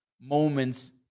moments